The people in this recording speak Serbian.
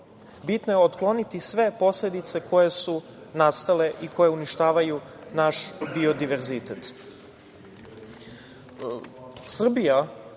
Bitno je otkloniti sve posledice, koje su nastale i koje uništavaju naš biodiverzitet. Srbija